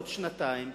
בעוד שנתיים,